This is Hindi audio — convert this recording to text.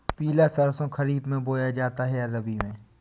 पिला सरसो खरीफ में बोया जाता है या रबी में?